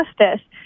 justice